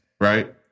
right